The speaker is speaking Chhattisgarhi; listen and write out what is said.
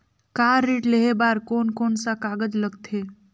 कार ऋण लेहे बार कोन कोन सा कागज़ लगथे?